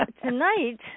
tonight